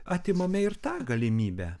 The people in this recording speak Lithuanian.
atimame ir tą galimybę